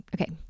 Okay